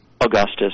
Augustus